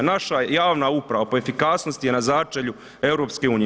Naša javna uprava po efikasnosti je na začelju EU.